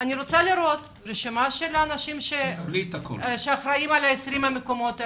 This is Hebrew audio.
אני רוצה לראות רשימה של אנשים שאחרים על המקומות האלו,